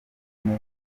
umwe